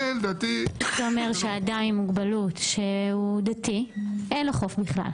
זה אומר שאדם עם מוגבלות שהוא דתי אין לו חוף בכלל.